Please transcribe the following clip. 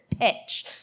pitch